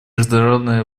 международной